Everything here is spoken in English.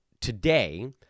Today